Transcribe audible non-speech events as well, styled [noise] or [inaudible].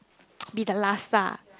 [noise] be the last ah